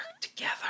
together